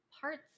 parts